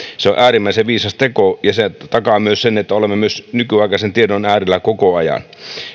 on äärimmäisen viisas teko ja se takaa myös sen että olemme myös nykyaikaisen tiedon äärellä koko ajan